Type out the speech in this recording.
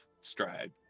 stride